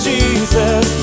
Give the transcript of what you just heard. Jesus